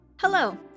Hello